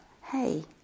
hey